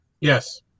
Yes